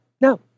no